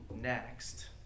next